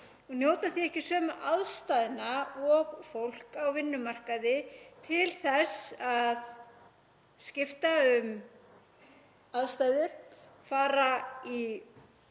njóta því ekki sömu aðstæðna og fólk á vinnumarkaði til að skipta um aðstæður, fara í frí